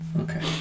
Okay